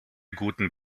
guten